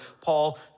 Paul